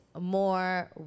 more